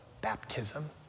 baptism